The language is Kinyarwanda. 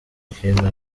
kintu